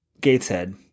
Gateshead